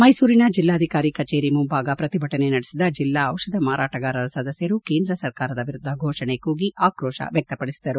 ಮೈಸೂರಿನ ಜಿಲ್ಲಾಧಿಕಾರಿ ಕಚೇರಿ ಮುಂಭಾಗ ಪ್ರತಿಭಟನೆ ನಡೆಸಿದ ಜಿಲ್ಲಾ ಔಷಧ ಮಾರಾಟಗಾರರ ಸದಸ್ಕರು ಕೇಂದ್ರ ಸರ್ಕಾರದ ವಿರುದ್ದ ಘೋಷಣೆ ಕೂಗಿ ಆಕ್ರೋಶ ವ್ಯಕ್ತಪಡಿಸಿದರು